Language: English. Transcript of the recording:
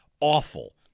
awful